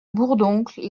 bourdoncle